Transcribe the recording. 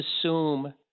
assume